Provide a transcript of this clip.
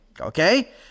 okay